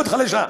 מאוד חלשה.